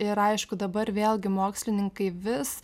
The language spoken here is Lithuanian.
ir aišku dabar vėlgi mokslininkai vis